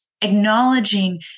acknowledging